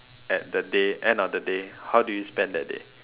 at the day end of the day how do you spend that day